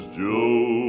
joe